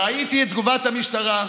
ראיתי את תגובת המשטרה,